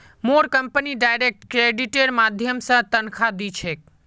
मोर company direct क्रेडिटेर माध्यम स तनख़ा दी छेक